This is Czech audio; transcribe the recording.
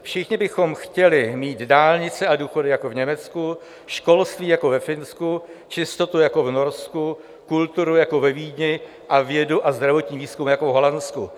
Všichni bychom chtěli mít dálnice a důchody jako v Německu, školství jako ve Finsku, čistotu jako v Norsku, kulturu jako ve Vídni a vědu a zdravotní výzkum jako v Holandsku.